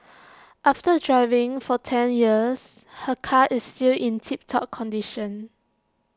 after driving for ten years her car is still in tip top condition